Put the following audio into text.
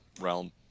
realm